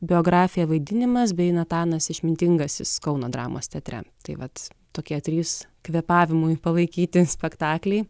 biografija vaidinimas bei natanas išmintingasis kauno dramos teatre tai vat tokie trys kvėpavimui palaikyti spektakliai